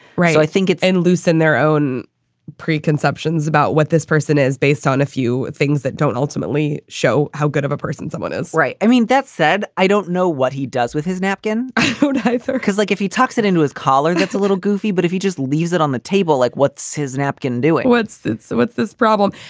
right. i think it's in loose in their own preconceptions about what this person is based on. a few things that don't ultimately show how good of a person someone is. right. i mean, that said, i don't know what he does with his napkin either, because like if he talks it into his collar, that's a little goofy. but if he just leaves it on the table, like, what's his napkin doing? what's this? what's this problem?